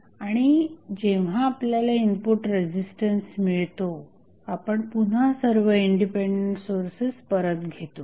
आणि जेव्हा आपल्याला इनपुट रेझिस्टन्स मिळतो आपण पुन्हा सर्व इंडिपेंडेंट सोर्सेस परत घेतो